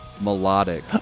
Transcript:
melodic